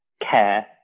care